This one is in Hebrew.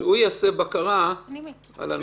לעשות את הבקרה על הנושא.